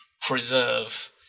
preserve